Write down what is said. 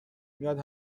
میاد